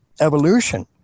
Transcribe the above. evolution